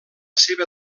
seva